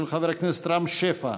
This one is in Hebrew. של חבר הכנסת רם שפע.